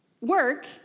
Work